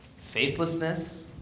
faithlessness